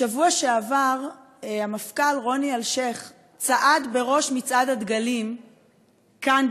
בשבוע שעבר המפכ"ל רוני אלשיך צעד בראש מצעד הדגלים כאן,